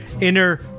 inner